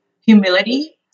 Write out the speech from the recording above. humility